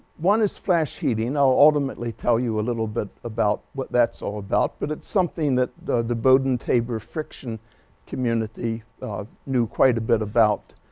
one is flash heating i'll ultimately tell you a little bit about what that's all about but it's something that the bowden-tabor friction community knew quite a bit about